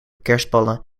kerstballen